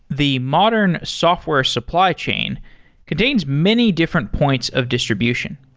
the modern software supply chain contains many different points of distribution.